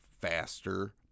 faster